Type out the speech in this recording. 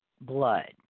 blood